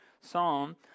psalm